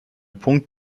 punkt